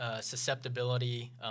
susceptibility